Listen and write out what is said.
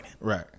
Right